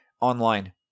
online